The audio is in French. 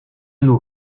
nous